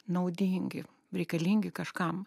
naudingi reikalingi kažkam